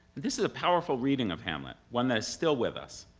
this is a powerful reading of hamlet, one that is still with us,